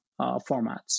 formats